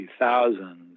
2000s